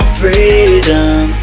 freedom